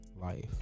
life